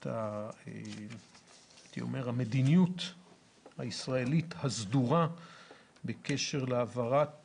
את המדיניות הישראלית הסדורה בקשר להעברת